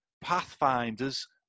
Pathfinders